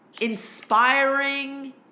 inspiring